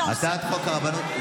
הצעת חוק הרבנות.